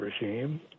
regime